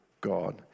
God